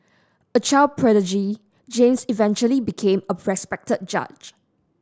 a child prodigy James eventually became a respected judge